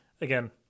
again